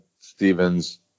Stevens